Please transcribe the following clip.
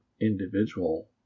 individual